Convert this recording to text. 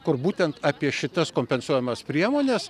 kur būtent apie šitas kompensuojamas priemones